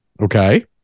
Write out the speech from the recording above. Okay